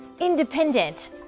independent